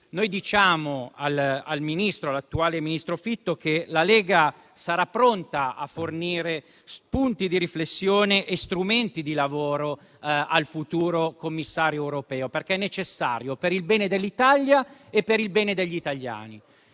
noi diciamo all'attuale ministro Fitto che la Lega sarà pronta a fornire spunti di riflessione e strumenti di lavoro al futuro Commissario europeo, perché è necessario per il bene dell'Italia e degli italiani.